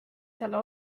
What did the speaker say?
selle